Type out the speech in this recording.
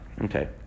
Okay